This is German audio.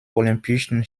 olympischen